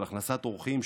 של הכנסת אורחים,